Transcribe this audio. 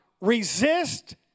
resist